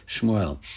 shmuel